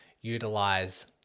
utilize